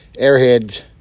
Airheads